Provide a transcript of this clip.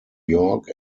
york